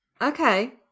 okay